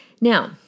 Now